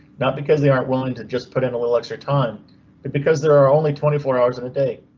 not because they aren't willing to just put in a little extra time but because there are only twenty four hours in a day.